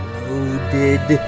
loaded